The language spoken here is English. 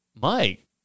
Mike